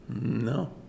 No